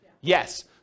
Yes